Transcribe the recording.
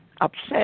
upset